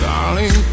Darling